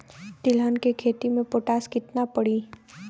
तिलहन के खेती मे पोटास कितना पड़ी?